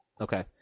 Okay